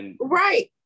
Right